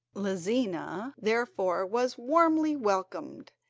lizina therefore was warmly welcomed,